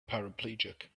paraplegic